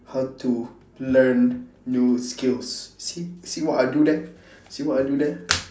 how to learn new skills see see what I do there see what I do there